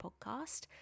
podcast